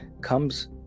comes